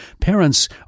parents